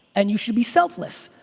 and you should be selfless.